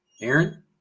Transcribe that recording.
Aaron